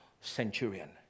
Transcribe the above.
centurion